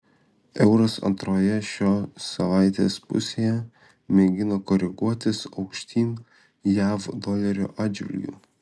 euras antroje šio savaitės pusėje mėgina koreguotis aukštyn jav dolerio atžvilgiu